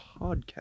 podcast